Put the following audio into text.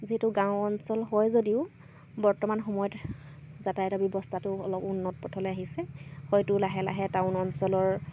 যিহেতু গাঁও অঞ্চল হয় যদিও বৰ্তমান সময়ত যাতায়তৰ ব্যৱস্থাটো অলপ উন্নত পথলৈ আহিছে হয়তো লাহে লাহে টাউন অঞ্চলৰ